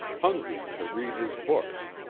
hungry to read his books,